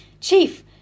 chief